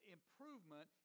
Improvement